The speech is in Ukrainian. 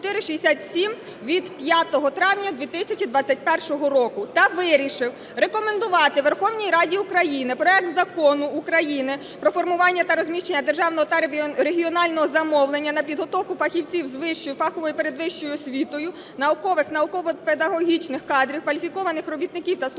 Верховній Раді України проект Закону про формування та розміщення державного та/або регіонального замовлення на підготовку фахівців з вищою, фаховою передвищою освітою, наукових, науково-педагогічних кадрів, кваліфікованих робітників та слухачів